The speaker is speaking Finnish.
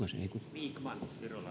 vikman